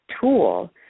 tool